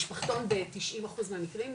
משפחתון ב-90 אחוז מהמקרים,